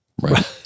Right